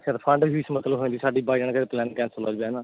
ਅੱਛਾ refund fees ਮਤਲਬ ਹੈਗੀ ਸਾਡੀ ਬਾਏ ਐਂਡ ਕਿਤੇ ਪਲੈਨ ਕੈਂਸਲ ਹੋ ਜਾਵੇ ਹੈ ਨਾ